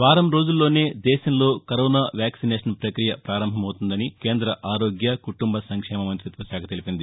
వారం రోజుల్లోనే దేశంలో కరోనా వ్యాక్పినేషన్ ప్రక్రియ పారంభం అవుతుందని కేంద్ర ఆరోగ్య కుటుంబ సంక్షేమ మంతిత్వ శాఖ తెలిపింది